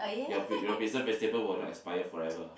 your pre~ your preserve vegetable will not expire forever